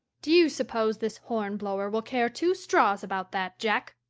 do you suppose this hornblower will care two straws about that jack?